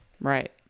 Right